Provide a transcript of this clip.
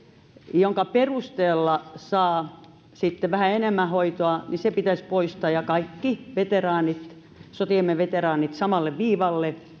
jonka perusteella saa sitten vähän enemmän hoitoa pitäisi poistaa ja saada kaikki sotiemme veteraanit samalle viivalle